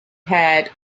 had